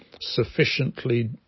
sufficiently